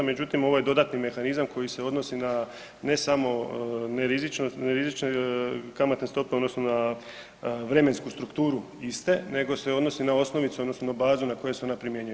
Međutim ovaj dodatni mehanizam koji se odnosi na ne samo ne rizične kamatne stope odnosno na vremensku strukturu iste nego se odnosi na osnovicu odnosno na bazu na koju se ona primjenjuje.